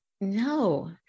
No